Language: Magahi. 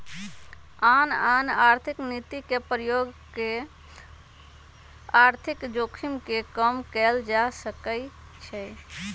आन आन आर्थिक नीति के प्रयोग कऽ के आर्थिक जोखिम के कम कयल जा सकइ छइ